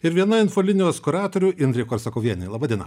ir viena infolinijos kuratorių indrė korsakovienė laba diena